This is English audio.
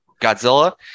Godzilla